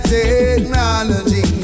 technology